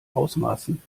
ausmaßen